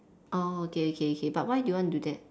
oh okay okay okay but why do you want to do that